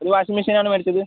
ഒരു washing machine ആണ് മേടിച്ചത്